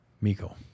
Miko